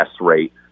rate